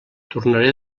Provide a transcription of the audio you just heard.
tornaré